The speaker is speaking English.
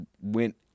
Went